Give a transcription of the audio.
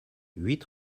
huit